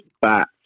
back